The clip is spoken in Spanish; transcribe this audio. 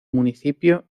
municipio